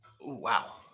Wow